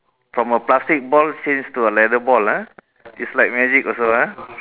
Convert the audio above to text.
from a plastic ball change to a leather ball ah it's like magic also ah